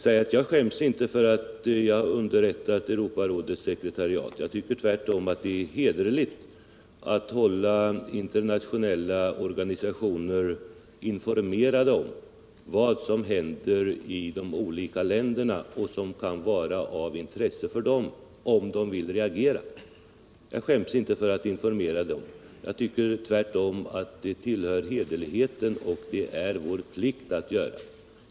Sedan vill jag säga att jag inte skäms över att jag har underrättat Europarådets sekretariat. Tvärtom tycker jag att det är hederligt att hålla internationella organisationer informerade om vad som händer i de olika länderna och om vad som kan vara av intresse för dem, för den händelse de vill reagera. Jag anser att det hör ihop med hederligheten och att det är vår plikt att göra detta.